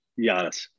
Giannis